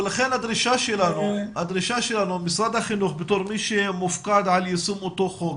ולכן הדרישה שלנו ממשרד החינוך בתור מי שמופקד על יישום אותו חוק,